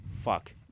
Fuck